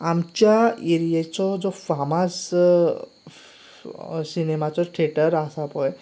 आमच्या एरियेचो जो फामाद सिनेमाचो थेटर आसा पळय